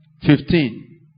Fifteen